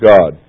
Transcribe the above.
God